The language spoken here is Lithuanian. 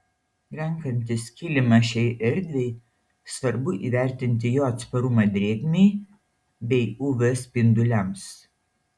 renkantis kilimą šiai erdvei svarbu įvertinti jo atsparumą drėgmei bei uv spinduliams